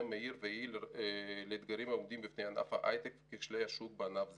מהיר ויעיל לאתגרים העומדים בפני ענף ההיי-טק ולכשלי השוק בענף זה.